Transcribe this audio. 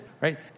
right